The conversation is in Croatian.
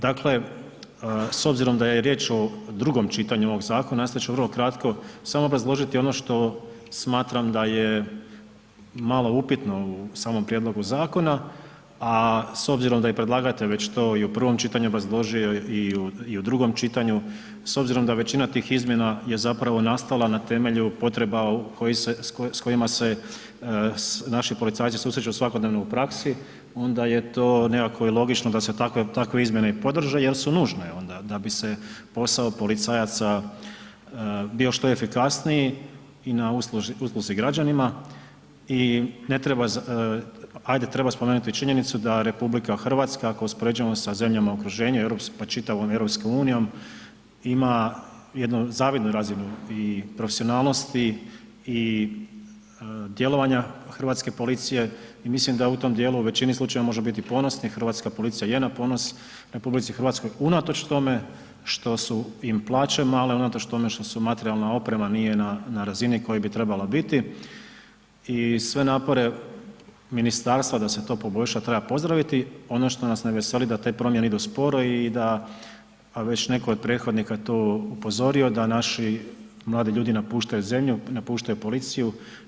Dakle, s obzirom da je riječ o drugom čitanju ovog zakona, nastojat ću vrlo kratko samo obrazložiti ono što smatram da je malo upitno u samom prijedlogu zakona, a s obzirom da je predlagatelj već to i u prvom čitanju obrazložio i u drugom čitanju, s obzirom da većina tih izmjena je zapravo nastala na temelju potreba s kojima se naši policajci susreću svakodnevno u praksi, onda je to nekako i logično da se takve izmjene i podrže jer su i nužne onda da bi se posao policajaca bio što efikasniji i na usluzi građanima i ne treba, ajde treba spomenuti činjenicu da RH ako je uspoređujemo sa zemljama u okruženju, pa i čitavom EU, ima jednu zavidnu razinu i profesionalnosti i djelovanja hrvatske policije i mislim da u tom dijelu u većini slučajeva može biti ponosni, hrvatska policija je na ponos RH unatoč tome što su im plaće male, unatoč tome što materijalna oprema nije razini na kojoj bi trebala biti i sve napore ministarstva da se to poboljša treba pozdraviti, ono što nas ne veseli da te promjene idu sporo i da, a već je netko od prethodnika to upozorio da naši mladi ljudi napuštaju zemlju, napuštaju policiju.